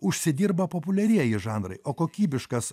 užsidirba populiarieji žanrai o kokybiškas